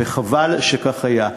וחבל שכך היה.